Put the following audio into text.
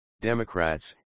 Democrats